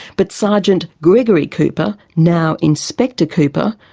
but sergeant gregory cooper, now inspector cooper,